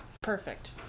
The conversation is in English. Perfect